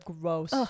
gross